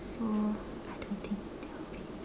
so I don't think there will be